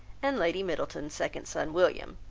and lady middleton's second son william,